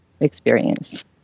experience